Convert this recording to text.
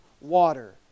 water